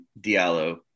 Diallo